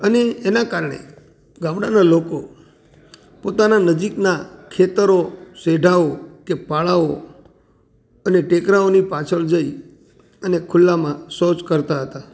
અને એના કારણે ગામડાના લોકો પોતાના નજીકના ખેતરો સેઢાઓ કે પાડાઓ અને ટેકરાઓની પાછળ જઈ અને ખુલ્લામાં શૌચ કરતાં હતા